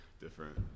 different